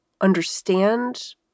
understand